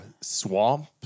swamp